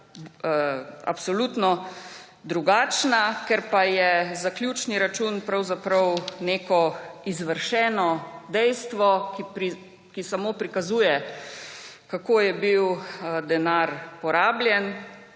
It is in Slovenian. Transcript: absolutno drugačna. Ker pa je zaključni račun pravzaprav neko izvršeno dejstvo, ki samo prikazuje, kako je bil denar porabljen,